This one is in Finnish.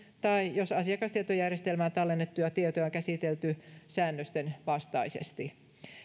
tai jos asiakastietojärjestelmään tallennettuja tietoja on käsitelty säännösten vastaisesti